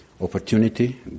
opportunity